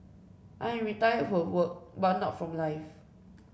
I am retired from work but not from life